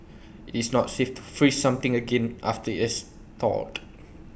IT is not safe to freeze something again after IT has thawed